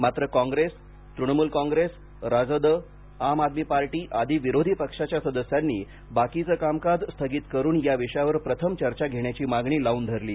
मात्र कॉंग्रेस तृणमूल कॉंग्रेस राजद आम आदमी पार्टी आदी विरोधी पक्षाच्या सदस्यांनी बाकीचे कामकाज स्थगित करून या विषयावर प्रथम चर्चा घेण्याची मागणी लावून धरली